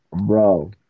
bro